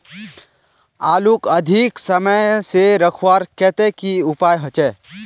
आलूक अधिक समय से रखवार केते की उपाय होचे?